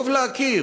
טוב להכיר,